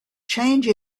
change